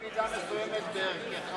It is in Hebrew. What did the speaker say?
במידה מסוימת בערכך,